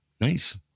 Nice